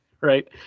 right